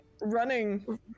Running